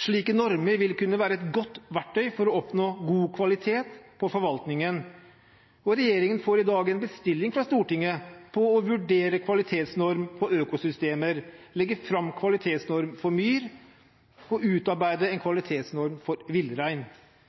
Slike normer vil kunne være et godt verktøy for å oppnå god kvalitet på forvaltningen, og regjeringen får i dag en bestilling fra Stortinget om å vurdere kvalitetsnorm for økosystemer, legge fram kvalitetsnorm for myr og utarbeide en kvalitetsnorm for villrein.